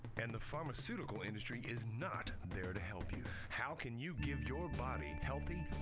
and the pharmaceutical industry is not there to help you. how can you give your body healthy,